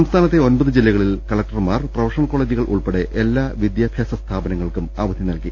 സംസ്ഥാനത്തെ ഒമ്പത് ജില്ലകളിൽ കലക്ടർമാർ പ്രൊഫഷണൽ കോളജുകൾ ഉൾപ്പെടെ എല്ലാ വിദ്യാഭ്യാസ സ്ഥാപനങ്ങൾക്കും അവധി നൽകി